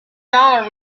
dollar